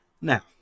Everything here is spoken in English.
Now